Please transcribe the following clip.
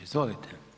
Izvolite.